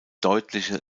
deutliche